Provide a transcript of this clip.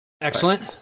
Excellent